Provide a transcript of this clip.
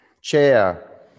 chair